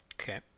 Okay